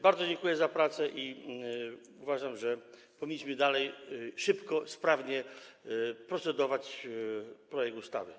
Bardzo dziękuję za pracę i uważam, że powinniśmy dalej szybko, sprawnie procedować nad projektem ustawy.